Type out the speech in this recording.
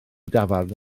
dafarn